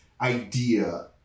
idea